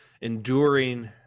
enduring